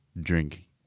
drink